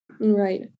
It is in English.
Right